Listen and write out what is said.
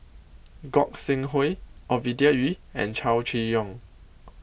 Gog Sing Hooi Ovidia Yu and Chow Chee Yong